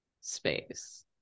space